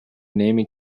naming